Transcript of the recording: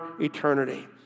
eternity